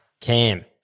Cam